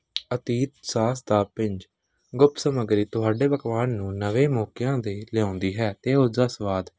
ਅਤੀਤ ਸਾਸ ਦਾ ਪਿੰਜ ਗੁਪਤ ਸਮੱਗਰੀ ਤੁਹਾਡੇ ਪਕਵਾਨ ਨੂੰ ਨਵੇਂ ਮੌਕਿਆਂ ਦੇ ਲਿਆਉਂਦੀ ਹੈ ਅਤੇ ਉਸਦਾ ਸਵਾਦ